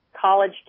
college